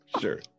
Sure